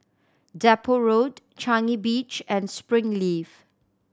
Depot Road Changi Beach and Springleaf